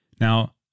Now